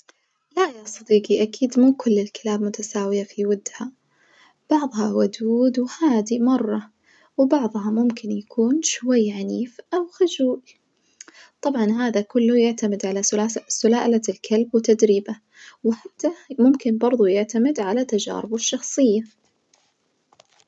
لا يا صديجي أكيد مو كل الكلاب متساوية في ودها، بعضها ودود وهادي مرة وبعضها ممكن يكون شوي عنيف أو خجول طبعًا هذا كله يعتمد على سلاس- سلالة الكلب وتدريبه, وحتى ممكن بردو يعتمد على تجاربه الشخصية.